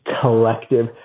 collective